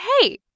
hey